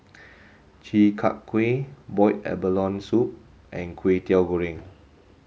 Chi Kak Kuih boiled abalone soup and Kwetiau Goreng